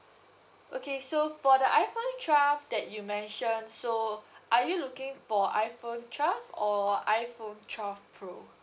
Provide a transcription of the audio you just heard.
okay so for the I think twelve that you mentioned so are you looking for iPhone twelve or iPhone twelve pro